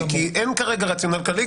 כי אין כרגע רציונל כללי.